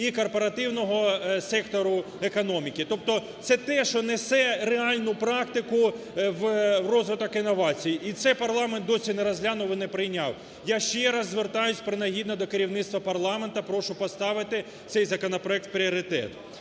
і корпоративного сектору економіки, тобто це те, що несе реальну практику в розвиток інновацій, і це парламент досі не розглянув і не прийняв. Я ще раз звертаюсь принагідно до керівництва парламенту, прошу поставити цей законопроект в пріоритет.